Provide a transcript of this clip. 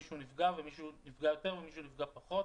מישהו נפגע יותר ומישהו נפגע פחות.